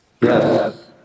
Yes